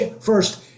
First